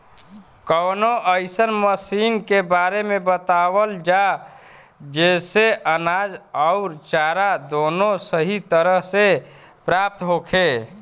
कवनो अइसन मशीन के बारे में बतावल जा जेसे अनाज अउर चारा दोनों सही तरह से प्राप्त होखे?